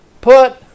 put